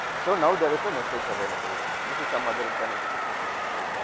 so, now, there is a message available this is some other internal condition which is true,